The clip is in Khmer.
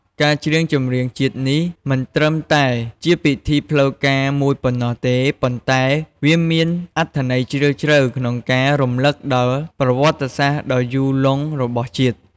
ការច្រៀងចម្រៀងជាតិនេះ គឺមិនត្រឹមតែជាពិធីផ្លូវការមួយប៉ុណ្ណោះទេ ប៉ុន្តែវាមានអត្ថន័យជ្រាលជ្រៅក្នុងការ រំលឹកដល់ប្រវត្តិសាស្ត្រដ៏យូរលង់របស់ជាតិ។